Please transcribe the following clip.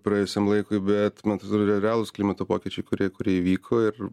praėjusiam laikui bet man pasirodė realūs klimato pokyčiai kurie kurie įvyko ir